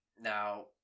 Now